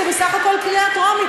זה בסך הכול קריאה טרומית,